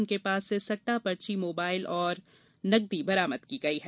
उनके पास से सट्टा पर्ची मोबाइल और नकदी बरामद की गई है